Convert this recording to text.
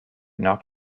knock